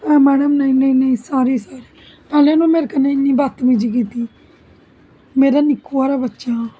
उन्नै आखेआ मैडम नेईं नेईं साॅरी साॅरी पैहलैं उन्नै मेरे कन्नै इन्नी बतमिजी कीती मेरा निक्का हारा बच्चा हा